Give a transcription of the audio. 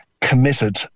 committed